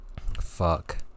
Fuck